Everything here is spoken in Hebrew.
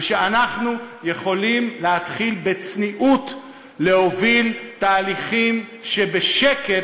שאנחנו יכולים להתחיל בצניעות להוביל תהליכים שבשקט,